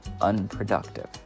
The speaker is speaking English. unproductive